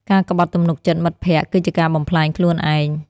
ការក្បត់ទំនុកចិត្តមិត្តភក្តិ គឺជាការបំផ្លាញខ្លួនឯង។